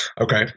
Okay